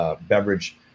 Beverage